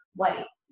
white